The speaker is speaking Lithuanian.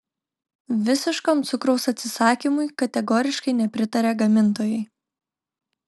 visiškam cukraus atsisakymui kategoriškai nepritaria gamintojai